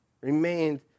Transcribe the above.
remained